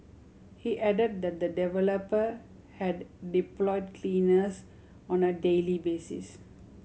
he added that the developer had deployed cleaners on a daily basis